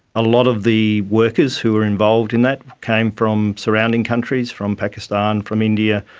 a lot of the workers who were involved in that came from surrounding countries, from pakistan, from india,